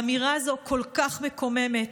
האמירה הזאת כל כך מקוממת.